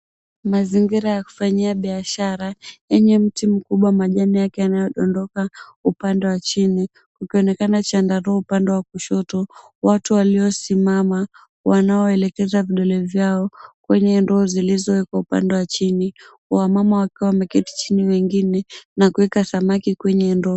Mazingira ya kufanyia biashara, yenye mti mkubwa majani yake yanayodondoka upande wa chini. Kukionekana chandarua upande wa kushoto, watu waliosimama wanaoelekeza vidole vyao kwenye ndoo zilizowekwa upande wa chini. Wamama walioketi chini wengine na kuweka samaki kwenye ndoo.